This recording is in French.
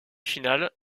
finale